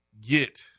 get